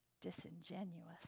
disingenuous